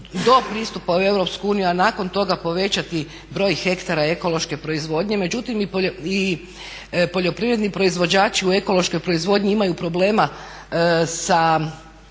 do pristupa u Europsku uniju a nakon toga povećati broj hektara ekološke proizvodnje, međutim i poljoprivredni proizvođači u ekološkoj proizvodnji imaju problema sa